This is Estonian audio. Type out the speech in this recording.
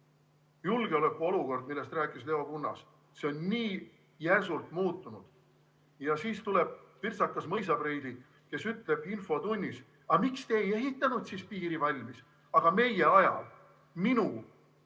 julgeolekuolukord, millest rääkis Leo Kunnas, on nii järsult muutunud, ja siis tuleb pirtsakas mõisapreili, kes ütleb infotunnis, aga miks teie ei ehitanud siis piiri valmis. Aga meie ajal, minu